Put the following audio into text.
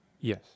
Yes